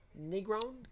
Negron